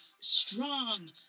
strong